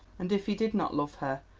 and if he did not love her,